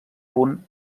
punt